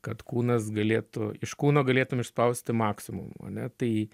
kad kūnas galėtų iš kūno galėtum išspausti maksimumą ane tai